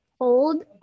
hold